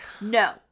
No